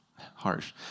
harsh